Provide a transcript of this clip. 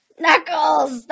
Knuckles